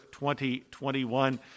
2021